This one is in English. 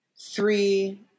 three